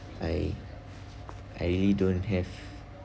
I I really don't have